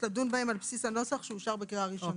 לדון בהן על בסיס הנוסח שאושר בקריאה ראשונה.